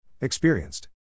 Experienced